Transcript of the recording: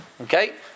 Okay